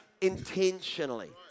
Intentionally